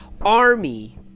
army